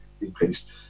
increased